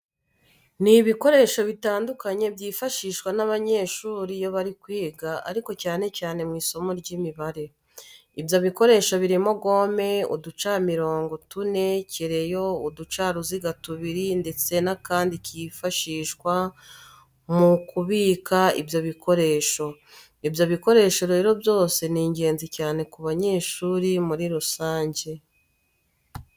Ni ibikoresho bitandukanye byifashishwa n'abanyeshuri iyo bari kwiga ariko cyane cyane mu isimo ry'Imibare. Ibyo bikoresho birimo gome, uducamirongo tune, kereyo, uducaruziga tubiri ndetse n'akandi kifashishwa mu kubika ibyo bikoresho. Ibyo bikoresho rero byose ni ingenzi cyane ku banyeshuri muri rusange.